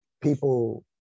people